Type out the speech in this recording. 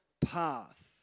path